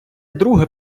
друге